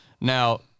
Now